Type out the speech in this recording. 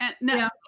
No